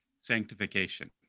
sanctification